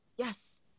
Yes